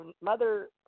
Mother